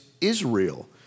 Israel